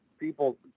people